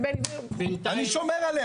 אני שומר עליה.